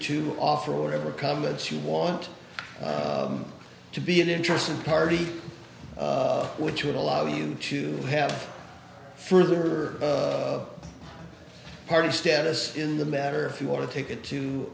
to offer whatever comments you want to be an interested party which would allow you to have further party status in the matter if you want to take it to